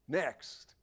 next